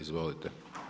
Izvolite.